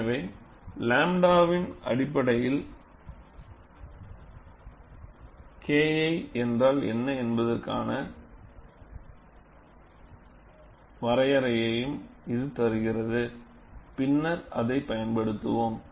எனவே 𝝺வின் அடிப்படையில் Kl என்றால் என்ன என்பதற்கான வரையறையையும் இது தருகிறது பின்னர் அதைப் பயன்படுத்துவோம்